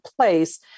place